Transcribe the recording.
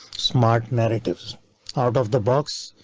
smart narratives out of the box.